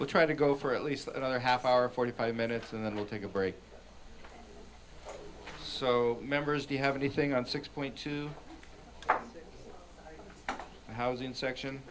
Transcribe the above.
we'll try to go for at least another half hour forty five minutes and then we'll take a break so members do you have anything on six point two housing section